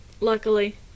Luckily